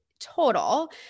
total